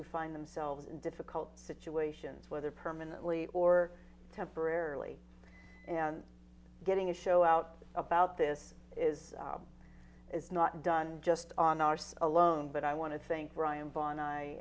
who find themselves in difficult situations whether permanently or temporarily and getting a show out about this is is not done just on arse alone but i want to think brian vaughan i